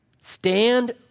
Stand